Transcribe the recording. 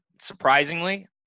surprisingly